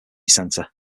centre